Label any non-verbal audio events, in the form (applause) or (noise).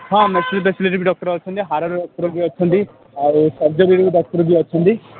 ହଁ (unintelligible) ବି ଡ଼କ୍ଟର୍ ଅଛନ୍ତି ହାଡ଼ର ଡ଼କ୍ଟର୍ ବି ଅଛନ୍ତି ଆଉ ସର୍ଜରୀର ବି ଡ଼କ୍ଟର୍ ବି ଅଛନ୍ତି